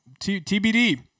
TBD